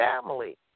family